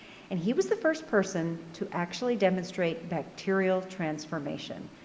and he was the first person to actually demonstrate bacterial transformation.